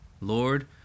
Lord